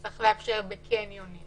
צריך לאפשר בקניונים